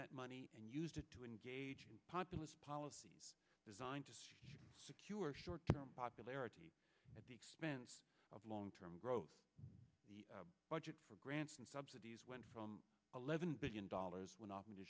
that money and used it to engage the populace policies designed to secure short term popularity at the expense of long term growth budget for grants and subsidies went from eleven billion dollars to off